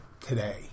today